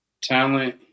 Talent